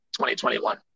2021